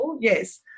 yes